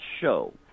show